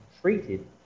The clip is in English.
treated